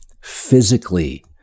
Physically